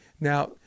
Now